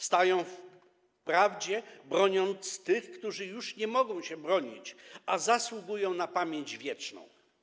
Stają w prawdzie, broniąc tych, którzy już nie mogą się bronić, a zasługują na pamięć wieczną.